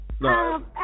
No